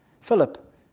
Philip